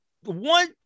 one